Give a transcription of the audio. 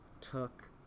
took